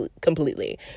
completely